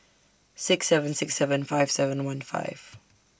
six seven six seven five seven one five